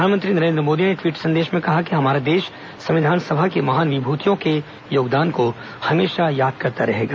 प्रधानमंत्री नरेन्द्र मोदी ने ट्वीट संदेश में कहा कि हमारा देश संविधान सभा की महान विभूतियों के योगदान को हमेशा याद करता रहेगा